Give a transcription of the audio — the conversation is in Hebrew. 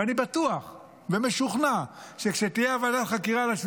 ואני בטוח ומשוכנע שכשתהיה ועדת חקירה על 7